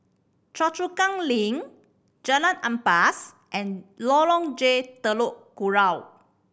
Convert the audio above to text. Choa Chu Kang Link Jalan Ampas and Lorong J Telok Kurau